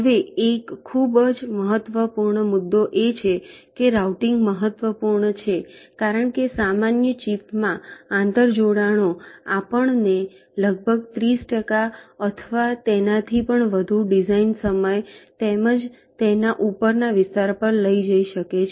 હવે એક ખૂબ જ મહત્વપૂર્ણ મુદ્દો એ છે કેરાઉટીંગ મહત્વપૂર્ણ છે કારણ કે સામાન્ય ચિપમાં આંતર જોડાણો આપણને લગભગ 30 ટકા અથવા તેનાથી પણ વધુ ડિઝાઇન સમય તેમજ તેના ઉપરના વિસ્તાર પર લઈ જઈ શકે છે